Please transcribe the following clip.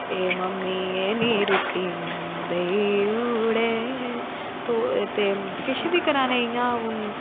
ए मम्मियें नी रुट्टी मैह्न्नू देई ओड़ें ते किश बी करा ने इयां